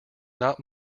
not